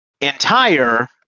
entire